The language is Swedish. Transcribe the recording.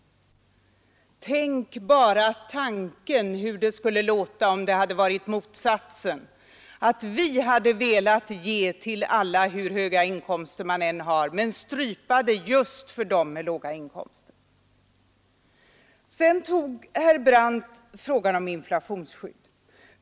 Tänk bara hur det skulle låta om förhållandet hade varit det motsatta, om vi hade velat ge stöd till alla hur höga inkomster de än har, men strypa det just för dem med låga inkomster! Sedan tog herr Brandt upp frågan om inflationsskydd.